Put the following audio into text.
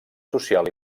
social